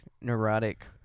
neurotic